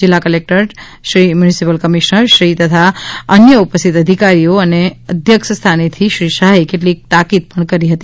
જિલ્લા collector Shri municipal commissioner Shri તથા અન્ય ઉપસ્થિત અધિકારીઓને અધ્યક્ષ સ્થાનેથી શ્રી શાહે કેટલીક તાકિદ પણ કરી હતી